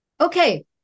Okay